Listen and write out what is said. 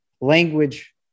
language